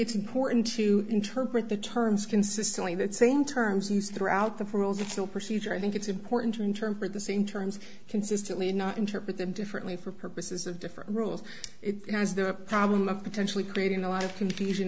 it's important to interpret the terms consistently that same terms used throughout the for a little procedure i think it's important to interpret the same terms consistently and not interpret them differently for purposes of different rules is there a problem of potentially creating a lot of confusion